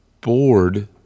bored